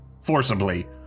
Forcibly